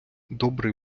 добрий